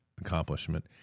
accomplishment